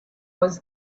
was